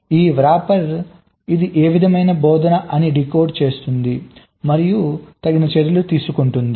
ఈవ్రాపర్ ఇది ఏ విధమైన బోధన అని డీకోడ్ చేస్తోంది మరియు తగిన చర్యలు తీసుకుంటోంది